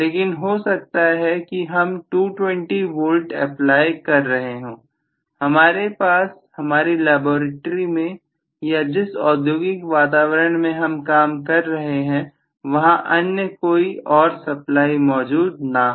लेकिन हो सकता है कि हम 220 वोल्ट अप्लाई कर रहे हो हमारे पास हमारी लैबोरेट्री में या जिस औद्योगिक वातावरण में हम काम कर रहे हैं वहां अन्य कोई और सप्लाई मौजूद ना हो